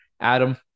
Adam